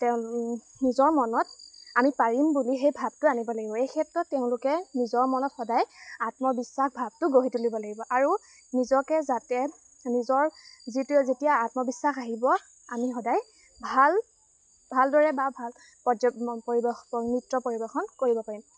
তেওঁ নিজৰ মনত আমি পাৰিম বুলি সেই ভাৱটো আনিব লাগিব এই ক্ষেত্ৰত তেওঁলোকে নিজৰ মনত সদায় আত্মবিশ্বাস ভাৱটো গঢ়ি তুলিব লাগিব আৰু নিজকে যাতে নিজৰ যিটো যেতিয়া আত্মবিশ্বাস আহিব আমি সদায় ভাল ভালদৰে বা ভাল নৃত্য পৰিৱেশন কৰিব পাৰিম